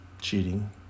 cheating